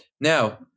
Now